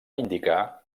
indicar